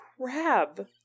Crab